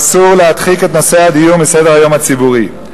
אסור להדחיק את נושא הדיור מסדר-היום הציבורי.